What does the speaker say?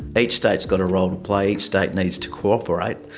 but each state's got a role to play, each state needs to cooperate.